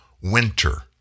winter